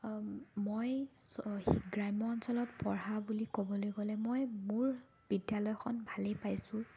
মই চ গ্ৰাম্য অঞ্চলত পঢ়া বুলি ক'বলৈ গ'লে মই মোৰ বিদ্যালয়খন ভালেই পাইছোঁ